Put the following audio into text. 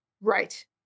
Right